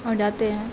ہاں جاتے ہیں